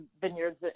vineyards